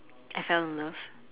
as I love